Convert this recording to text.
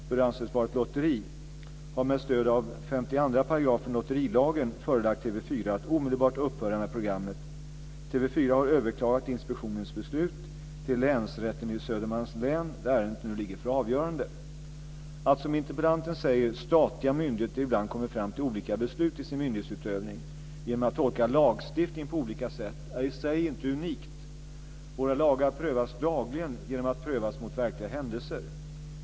bör anses vara ett lotteri, har med stöd av 52 § lotterilagen förelagt TV 4 att omedelbart upphöra med programmet. TV 4 har överklagat inspektionens beslut till Länsrätten i Södermanlands län, där ärendet nu ligger för avgörande. Att, som interpellanten säger, statliga myndigheter ibland kommer fram till olika beslut i sin myndighetsutövning genom att tolka lagstiftningen på olika sätt är i sig inte unikt. Våra lagar prövas dagligen mot verkliga händelser.